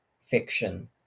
fiction